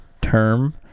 term